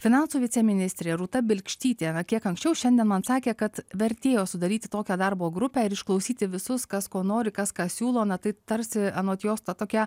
finansų viceministrė rūta bilkštytė na kiek anksčiau šiandien man sakė kad vertėjo sudaryti tokią darbo grupę ir išklausyti visus kas ko nori kas ką siūlo na tai tarsi anot jos ta tokia